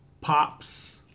Pops